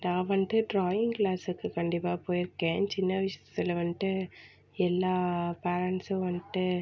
நான் வந்துட்டு ட்ராயிங் க்ளாஸுக்கு கண்டிப்பாக போயிருக்கேன் சின்ன வயசில் வந்துட்டு எல்லா பேரண்ட்ஸும் வந்துட்டு